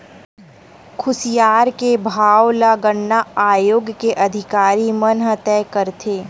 खुसियार के भाव ल गन्ना आयोग के अधिकारी मन ह तय करथे